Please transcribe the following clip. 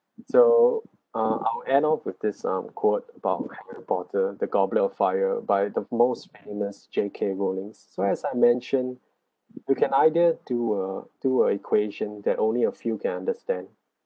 so uh I will end up with this um quote about harry potter the goblet of fire by the most famous J K rowling so as I mention you can either do a do a equation that only a few can understand